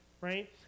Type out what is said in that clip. right